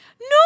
No